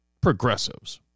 progressives